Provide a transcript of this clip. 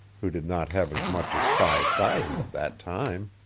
who did not have as much as five thousand at that time.